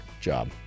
job